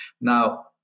Now